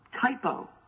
typo